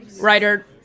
Ryder